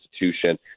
institution